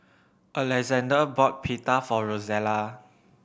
Alexander bought Pita for Rosella